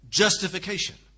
justification